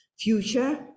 future